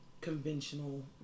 conventional